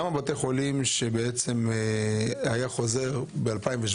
גם בבתי החולים שהיה לגביהם חוזר ב-2017,